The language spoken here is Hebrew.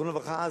זיכרונו לברכה,